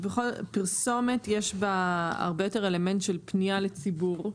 בכל פרסומת יש הרבה יותר אלמנט של פנייה לציבור.